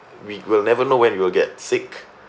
we will never know when we will get sick